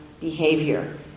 behavior